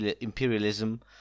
imperialism